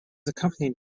accompanied